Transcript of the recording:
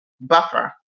buffer